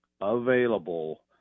available